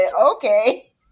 okay